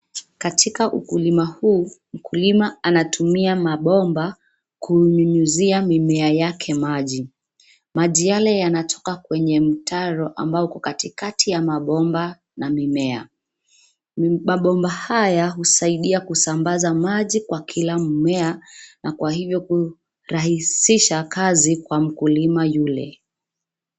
Katika ukulima huu, mkulima anatumia mabomba kunyunyizia mimea yake maji. Maji yale yanatoka kwenye mtaro ambao uko katikati ya mabomba na mimea. Mabomba haya husaidia kusambaza maji kwa kila mmea; na kwa hivyo kurahisisha kazi kwa mkulima yule.